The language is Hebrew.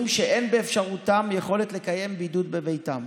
שאין באפשרותם יכולת לקיים בידוד בביתם.